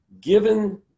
Given